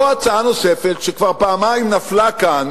או הצעה נוספת, שכבר פעמיים נפלה כאן,